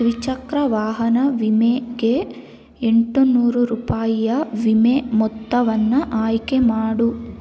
ದ್ವಿಚಕ್ರ ವಾಹನ ವಿಮೆಗೆ ಎಂಟು ನೂರು ರೂಪಾಯಿಯ ವಿಮೆ ಮೊತ್ತವನ್ನು ಆಯ್ಕೆ ಮಾಡು